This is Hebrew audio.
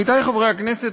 עמיתי חברי הכנסת,